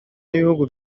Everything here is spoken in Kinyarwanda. n’ibihugu